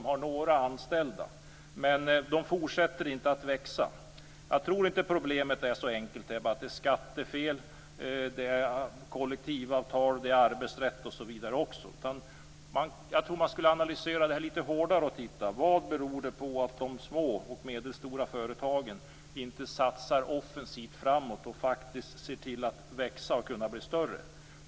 De har några anställda men de fortsätter inte att växa. Jag tror inte att problemet är så enkelt att det bara är skattefel, kollektivavtal eller arbetsrätt. Jag tror att man skall analysera detta litet mer och titta på vad det beror på att de små och medelstora företagen inte satsar offensivt framåt för att växa och bli större.